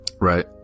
Right